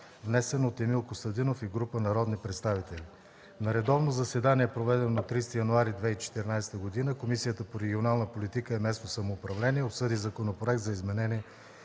внесен от Емил Костадинов и група народни представители. „На редовно заседание, проведено на 30 януари 2014 г., Комисията по регионална политика и местно самоуправление обсъди Законопроект за изменение